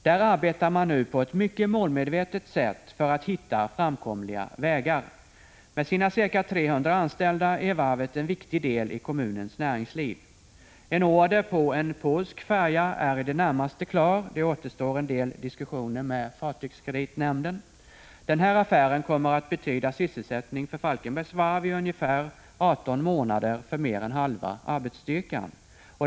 Där arbetar man nu på ett mycket målmedvetet sätt för att hitta framkomliga vägar. Med sina ca 300 anställda är varvet en viktig del i kommunens näringsliv. En order på en polsk färja är i det närmaste klar — det återstår en del diskussioner med fartygskreditnämnden. Affären kommer att betyda sysselsättning vid Falkenbergs Varv i ungefär 18 månader för mer än halva arbetsstyrkan.